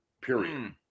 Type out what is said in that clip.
Period